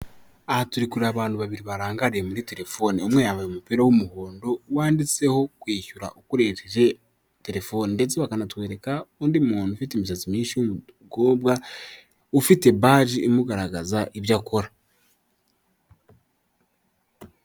Aha turi kure abantu babiri barangariye muri terefone, umwe yambaye umupira w'umuhondo wanditseho kwishyura ukoresheje terefone ndetse bakanatwereka undi muntu ufite imisatsi myinshi w'umukobwa, ufite baji imugaragaza ibyo akora.